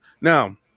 now